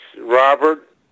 Robert